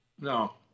No